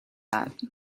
that